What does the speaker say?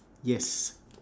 yes